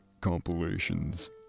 compilations